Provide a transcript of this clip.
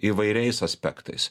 įvairiais aspektais